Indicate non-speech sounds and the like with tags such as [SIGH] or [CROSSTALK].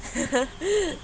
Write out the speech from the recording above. [LAUGHS]